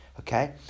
Okay